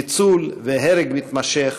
ניצול והרג מתמשך,